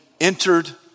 entered